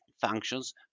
functions